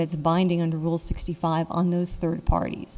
that is binding under rule sixty five on those third parties